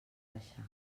baixar